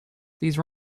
these